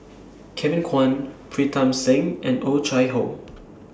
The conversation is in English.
Kevin Kwan Pritam Singh and Oh Chai Hoo